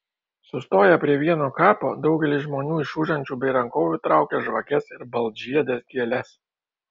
sustoję prie vieno kapo daugelis žmonių iš užančių bei rankovių traukia žvakes ir baltžiedes gėles